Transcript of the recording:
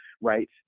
right